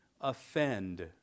offend